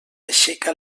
aixeca